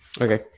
okay